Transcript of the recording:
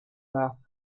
far